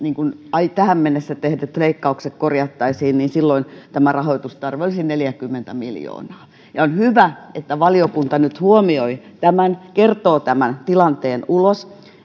tähän mennessä tehdyt leikkaukset korjattaisiin niin silloin tämä rahoitustarve olisi neljäkymmentä miljoonaa on hyvä että valiokunta nyt huomioi tämän kertoo tämän tilanteen ulos